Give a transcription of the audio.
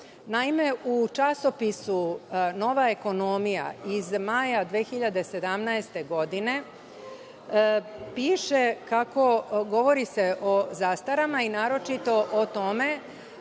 Naime, u časopisu „Nova ekonomija“ iz maja 2017. godine, govori se o zastarama i naročito